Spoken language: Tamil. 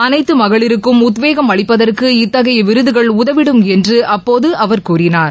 அனைத்து மகளிருக்கும் உத்வேகம் அளிப்பதற்கு இத்தகைய விருதுகள் உதவிடும் என்று அப்போது அவர் கூறினார்